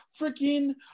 Freaking